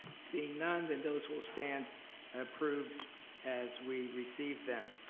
seeing none, then those will stand approved as we receive them.